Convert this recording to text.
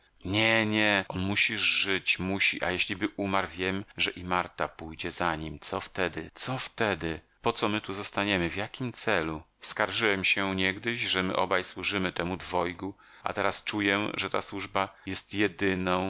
nie nie on musi żyć musi a jeśliby umarł wiem że i marta pójdzie za nim co wtedy co wtedy po co my tu zostaniemy w jakim celu skarżyłem się niegdyś że my obaj służymy temu dwojgu a teraz czuję że ta służba jest jedyną